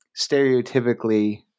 stereotypically